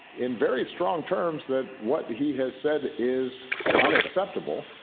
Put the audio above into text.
in very strong terms, that what he has said is unacceptable,